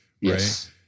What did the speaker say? Yes